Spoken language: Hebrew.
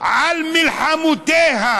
על מלחמותיה.